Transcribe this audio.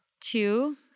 Two